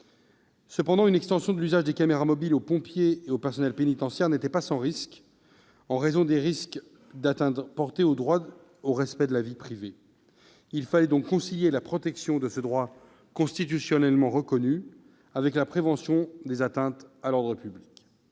Cependant, une extension de l'usage des caméras mobiles aux pompiers et au personnel pénitentiaire n'était pas sans risque, en raison des atteintes potentielles au droit au respect de la vie privée. Il fallait donc concilier la protection de ce droit constitutionnellement reconnu avec la prévention des atteintes à l'ordre public.